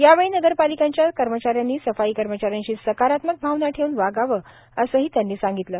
यावेळी नगर पालिकांच्या कर्मचा यांनी सफाई कर्मचा यांशी सकारात्मक भावना ठेऊन वागावं असंही त्यांनी सांगितलं